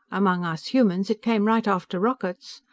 among us humans, it came right after rockets.